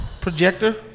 Projector